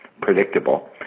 predictable